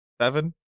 seven